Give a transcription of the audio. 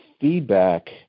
feedback